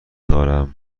دارم